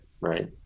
right